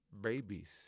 babies